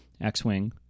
X-Wing